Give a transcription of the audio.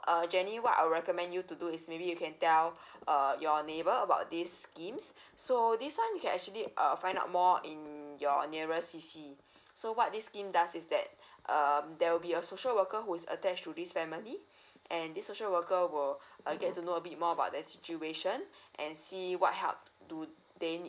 err J E N N Y what I recommend to do is maybe you can tell a your neighbor about these schemes so this one you can actually err find out more in your nearest C_C so what they scheme does is that um there will be a social worker who's attached to this family and this social worker will get to know a bit more about their situation and see what help do they need